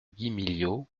guimiliau